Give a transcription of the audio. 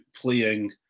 playing